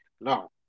No